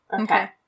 Okay